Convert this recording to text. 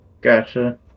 Gotcha